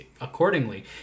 accordingly